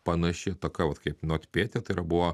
panaši ataka vat kaip notpėtia tai yra buvo